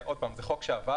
עוד פעם, זה חוק שעבר.